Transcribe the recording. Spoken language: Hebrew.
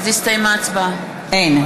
אין.